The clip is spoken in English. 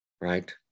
Right